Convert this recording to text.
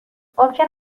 ممکن